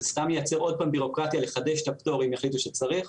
זה סתם ייצר עוד פעם בירוקרטיה לחדש את הפטור אם יחליטו שצריך.